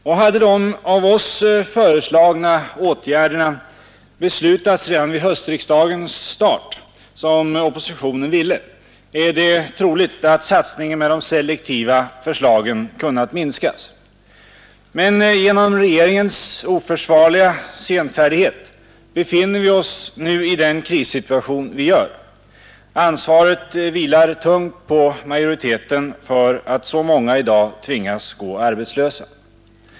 Och hade de av oss föreslagna åtgärderna beslutats redan vid höstriksdagens start, som oppositionen ville, är det troligt att satsningen med de selektiva förslagen kunnat minskas. Men genom regeringens oförsvarliga senfärdighet befinner vi oss nu i den krissituation där vi är. Ansvaret vilar tungt på majoriteten för att så många i dag tvingas gå arbetslösa.